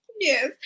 yes